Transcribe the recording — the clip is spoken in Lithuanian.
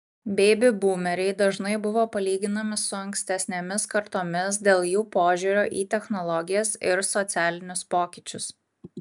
beibi būmeriai dažnai buvo palyginami su ankstesnėmis kartomis dėl jų požiūrio į technologijas ir socialinius pokyčius